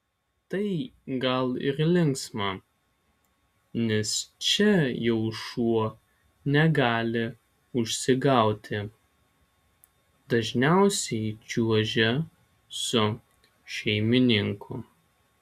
tai gal ir linksma nes čia jau šuo negali užsigauti dažniausiai čiuožia su šeimininku